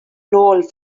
nôl